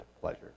pleasure